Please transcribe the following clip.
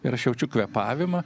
ir aš jaučiu kvėpavimą